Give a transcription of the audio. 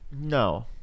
No